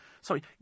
Sorry